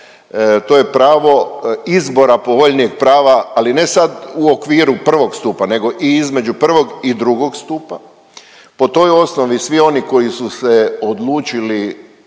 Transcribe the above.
to je prava izbora povoljnijeg prava, ali ne sad u okviru prvog stupa i između prvog i drugog stupa, po toj osnovi svi oni koji su se odlučili